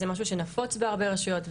זה משהו שנפוץ בהרבה רשויות.